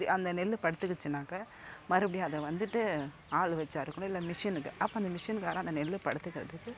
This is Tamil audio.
அந்த நெல் படுத்துக்கிச்சுனாக்க மறுபடியும் அதை வந்துட்டு ஆள் வச்சு அறுக்கணும் இல்லை மிஷினுக்கு அப்போ அந்த மிஷின்காரன் அந்த நெல் படுக்கிறதுக்கு